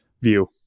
view